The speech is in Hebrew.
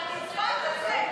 אבל את הצבעת לזה,